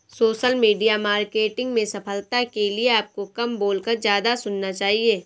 social media marketing में सफलता के लिए आपको कम बोलकर ज्यादा सुनना चाहिए